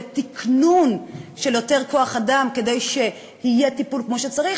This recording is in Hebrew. לתקנון של יותר כוח-אדם כדי שיהיה טיפול כמו שצריך,